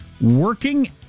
working